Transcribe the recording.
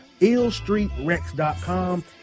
IllStreetRex.com